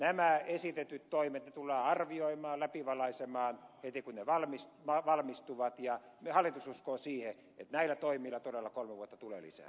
nämä esitetyt toimet tullaan arvioimaan ja läpivalaisemaan heti kun ne valmistuvat ja hallitus uskoo siihen että näillä toimilla todella kolme vuotta tulee lisää